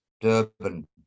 Durban